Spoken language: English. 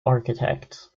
architects